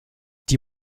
die